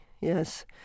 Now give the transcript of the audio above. Yes